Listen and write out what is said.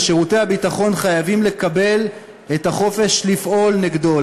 ושירותי הביטחון חייבים לקבל את החופש לפעול נגדו.